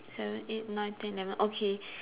seven eight nine ten eleven okay